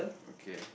okay